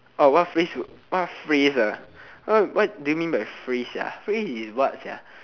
oh what phrase w~ what phrase ah what do you mean by phrase sia phrase is what sia